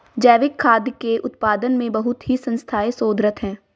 जैविक खाद्य के उत्पादन में बहुत ही संस्थाएं शोधरत हैं